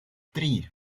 три